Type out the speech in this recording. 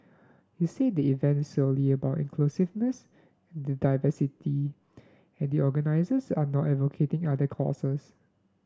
he said the event is solely about inclusiveness and diversity and the organisers are not advocating other causes